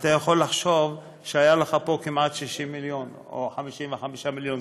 אתה יכול לחשוב שהיה לך פה כמעט 60 מיליון או 55 מיליון.